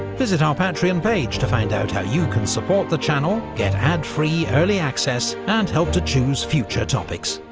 visit our patreon page to find out how you can support the channel, get ad-free early access and help to choose future topics.